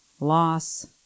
loss